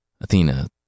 Athena